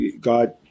God